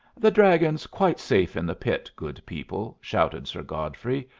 the dragon's quite safe in the pit, good people, shouted sir godfrey.